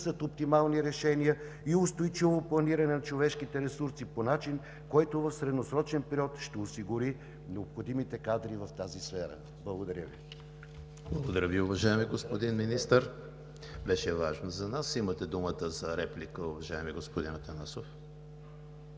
оптимални решения и устойчиво планиране на човешките ресурси по начин, който в средносрочен период ще осигури необходимите кадри в тази сфера. Благодаря Ви. ПРЕДСЕДАТЕЛ ЕМИЛ ХРИСТОВ: Благодаря Ви, уважаеми господин Министър, беше важно за нас. Имате думата за реплика, уважаеми господин Атанасов.